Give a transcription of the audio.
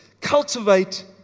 Cultivate